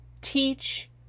teach